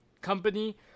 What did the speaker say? company